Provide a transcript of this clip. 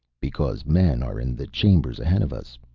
because men are in the chambers ahead of us,